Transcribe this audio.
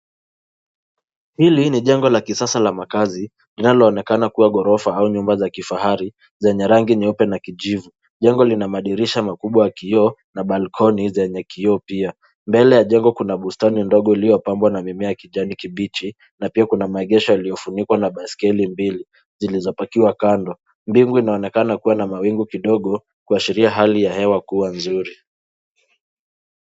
Hili ni jengo lakisasa la makazi linaloonekana kuwa ghorofa au nyumba za kifahari zenye rangi nyeupe na kijivu, jengo lina madirisha makubwa kioo na balcony zenye kioo pia ,mbele ya jengo kuna bustani ndogo iliyopambwa na mimea ya kijani kibichi na pia kuna maegesho yaliyofunikwa na baiskeli mbili zilizopakiwa kando, Bingu inaonekana kuwa na mawingu kidogo kwa sheria hali ya hewa kuwa nzuri.